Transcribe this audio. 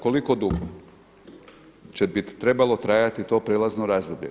Koliko dugo bi trebalo trajati to prijelazno razdoblje?